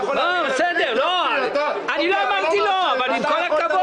אבל אם יש גידול,